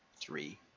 three